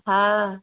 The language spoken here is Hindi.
हाँ